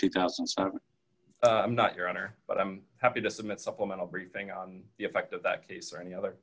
two thousand not your honor but i'm happy to submit supplemental briefing on the effect of that case or any other